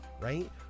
right